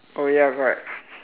oh ya correct